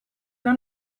una